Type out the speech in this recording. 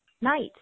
night